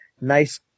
Nice